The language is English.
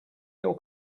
your